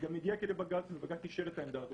זה גם הגיע לבג"צ ובג"צ אישר את העמדה הזאת.